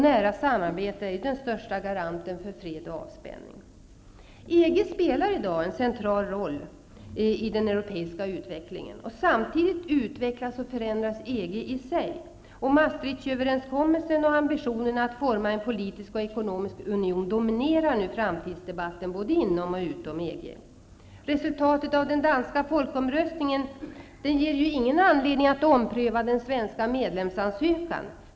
Nära samarbete är den största garanten för fred och avspänning. EG spelar i dag en central roll i den europeiska utvecklingen. Samtidigt utvecklas och förändras EG. Maastrichtöverenskommelsen och ambitionerna att forma en politisk och ekonomisk union dominerar nu framtidsdebatten både inom och utom EG. Resultatet av den danska folkomröstningen ger ingen anledning till att ompröva den svenska medlemsansökan.